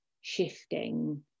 shifting